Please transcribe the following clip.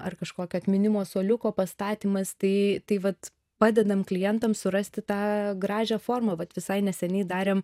ar kažkokio atminimo suoliuko pastatymas tai tai vat padedam klientam surasti tą gražią formą vat visai neseniai darėm